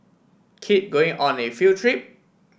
kid going on a field trip